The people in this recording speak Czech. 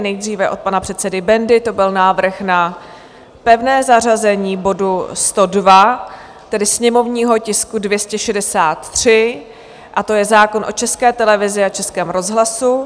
Nejdříve od pana předsedy Bendy, to byl návrh na pevné zařazení bodu 102, tedy sněmovního tisku 263, a to je zákon o České televizi a Českém rozhlase.